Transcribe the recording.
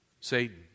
Satan